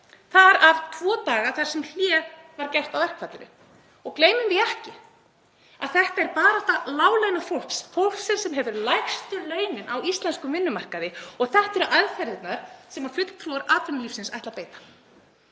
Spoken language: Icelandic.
þar af tvo daga þar sem hlé var gert á verkfallinu. Gleymum því ekki. Þetta er barátta láglaunafólks, fólksins sem hefur lægstu launin á íslenskum vinnumarkaði og þetta eru aðferðirnar sem fulltrúar atvinnulífsins ætla að beita.